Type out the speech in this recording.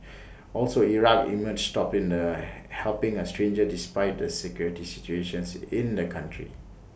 also Iraq emerged top in the helping A stranger despite the security situation's in the country